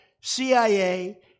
CIA